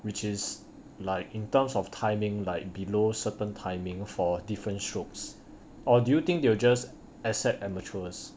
which is like in terms of timing like below certain timing for different strokes or do you think they will just accept amateur